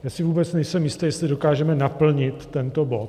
Já si vůbec nejsem jistý, jestli dokážeme naplnit dnes tento bod.